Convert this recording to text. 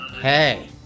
Hey